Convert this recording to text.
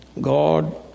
God